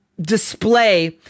Display